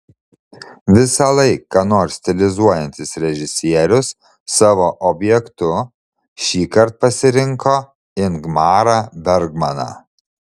visąlaik ką nors stilizuojantis režisierius savo objektu šįkart pasirinko ingmarą bergmaną